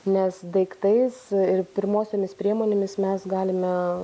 nes daiktais ir pirmosiomis priemonėmis mes galime